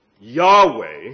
Yahweh